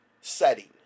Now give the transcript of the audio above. setting